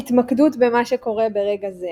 התמקדות במה שקורה ברגע זה.